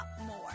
more